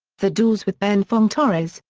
the doors with ben fong-torres,